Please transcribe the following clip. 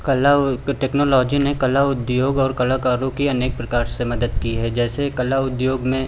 कला एक टेक्नोलॉजी ने कला उद्योग और कलाकारों की अनेक प्रकार से मदद की है जैसे कला उद्योग में